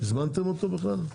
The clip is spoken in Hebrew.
הזמנתם אותו בכלל?